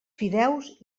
fideus